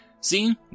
See